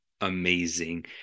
amazing